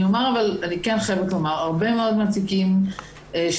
אני כן חייבת לומר שהרבה מאוד מהתיקים של